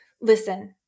listen